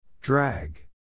Drag